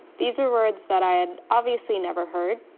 these are words that i had obviously never heard,